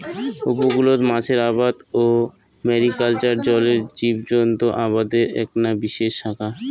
উপকূলত মাছের আবাদ বা ম্যারিকালচার জলের জীবজন্ত আবাদের এ্যাকনা বিশেষ শাখা